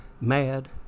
mad